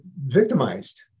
victimized